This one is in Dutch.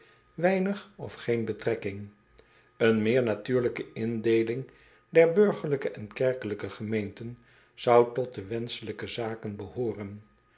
weinig of geen betrekking en meer natuurlijke indeeling der burgerlijke en kerkelijke gemeenten zou tot de wenschelijke zaken behooren